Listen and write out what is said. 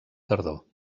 tardor